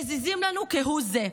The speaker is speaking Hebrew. מזיזים לנו כהוא זה.